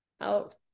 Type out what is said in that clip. out